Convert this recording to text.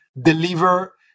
deliver